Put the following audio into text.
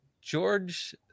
George